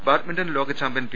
badminton ലോകചാമ്പ്യൻ P